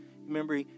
Remember